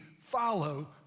follow